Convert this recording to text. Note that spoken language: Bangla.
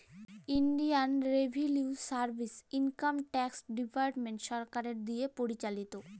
ইলডিয়াল revenue service income tax department সরকারের দিঁয়ে পরিচালিত